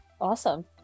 Awesome